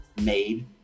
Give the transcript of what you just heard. made